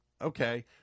Okay